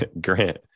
Grant